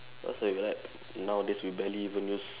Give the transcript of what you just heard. that's why right nowadays we barely even use